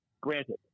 granted